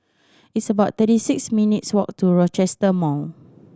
it's about thirty six minutes' walk to Rochester Mall